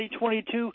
2022